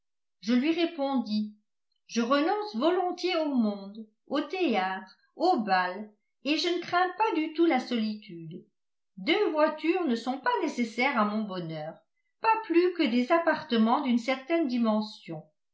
je lui répondis je renonce volontiers au monde au théâtre au bal et je ne crains pas du tout la solitude deux voitures ne sont pas nécessaires à mon bonheur pas plus que des appartements d'une certaine dimension